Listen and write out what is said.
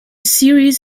series